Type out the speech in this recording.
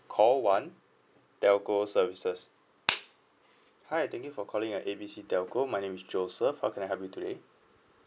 call one telco services hi thank you for calling uh A B C telco my name is joseph how can I help you today